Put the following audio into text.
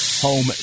Home